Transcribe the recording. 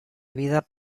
vida